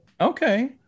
Okay